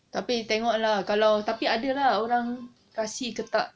tapi tengok lah tapi ada orang kasih ke tak